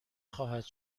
خواهد